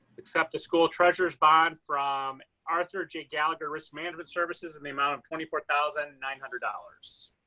accept the school treasures bond from arthur j. gallagher risk management services in the amount of twenty four thousand nine hundred dollars.